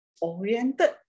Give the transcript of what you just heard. oriented